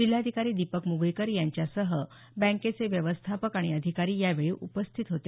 जिल्हाधिकारी दीपक म्गळीकर यांच्यासह बँकेचे व्यवस्थापक आणि अधिकारी यावेळी उपस्थित होते